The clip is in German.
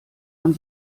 man